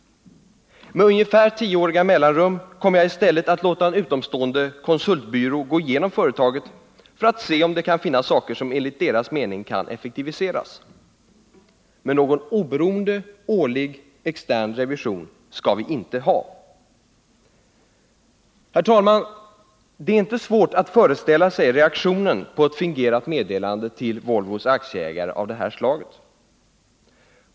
Med ungefär tioåriga mellanrum kommer jag i stället att låta en utomstående konsultbyrå gå igenom företaget för att se om det finns saker som enligt deras mening kan effektiviseras. Men någon årlig oberoende extern revision skall vi inte ha. Herr talman! Det är inte svårt att föreställa sig reaktionen på ett fingerat meddelande av detta slag till Volvos aktieägare.